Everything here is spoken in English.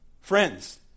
friends